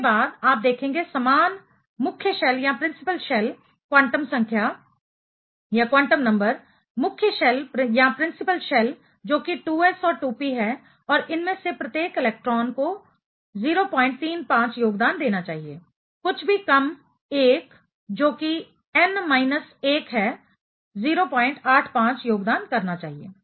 उसके बाद आप देखेंगे समान मुख्य शेल प्रिंसिपल शेल क्वांटम संख्या मुख्य शेल प्रिंसिपल शेल जो कि 2s और 2p है और इनमें से प्रत्येक इलेक्ट्रॉन को 035 योगदान देना चाहिए कुछ भी कम 1 जो कि n माइनस 1 है 085 योगदान करना चाहिए